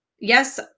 yes